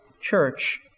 church